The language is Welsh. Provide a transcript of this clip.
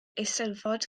eisteddfod